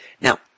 Now